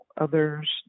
others